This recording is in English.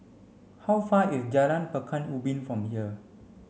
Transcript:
how far is Jalan Pekan Ubin from here